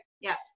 Yes